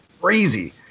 crazy